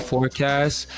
Forecast